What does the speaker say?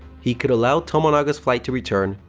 he could allow tomonaga's flight to return,